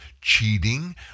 cheating